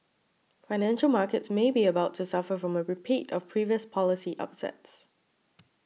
financial markets may be about to suffer from a repeat of previous policy upsets